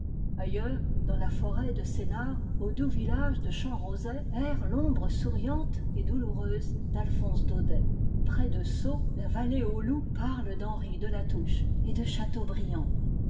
ailleurs dans la forêt de sénart au doux village de champrosay erre l'ombre souriante et douloureuse d'alphonse daudet près de sceaux la valléeaux loups parle d'henri de latouche et de chateaubriand